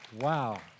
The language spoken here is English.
Wow